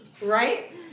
right